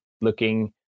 looking